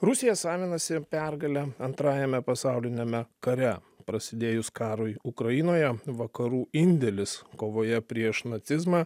rusija savinasi pergalę antrajame pasauliniame kare prasidėjus karui ukrainoje vakarų indėlis kovoje prieš nacizmą